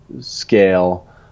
scale